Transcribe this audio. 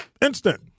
instant